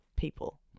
people